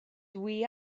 dwi